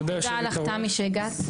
תודה לך תמי שהגעת,